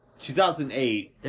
2008